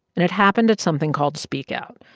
and it happened at something called speak out,